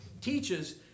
teaches